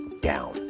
down